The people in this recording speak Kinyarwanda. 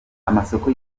amasoko